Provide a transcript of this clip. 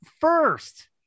first